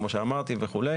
כמו שאמרתי וכו',